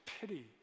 pity